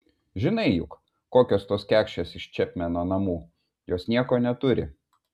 žinai juk kokios tos kekšės iš čepmeno namų jos nieko neturi